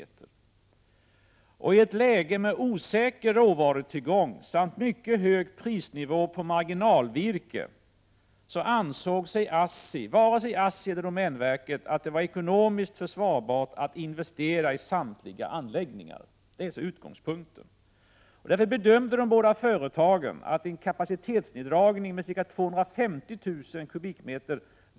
EE RE I ett läge med osäker råvarutillgång samt mycket hög prisnivå på RR Ores, marginalvirke ansåg inte vare sig ASSI eller domänverket att det skulle vara ekonomiskt försvarbart att investera i samtliga anläggningar. Det är utgångspunkten. De båda företagen bedömde därför att en kapacitetsneddragning med ca 250 000 m?